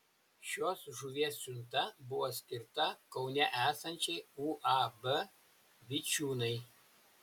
šios žuvies siunta buvo skirta kaune esančiai uab vičiūnai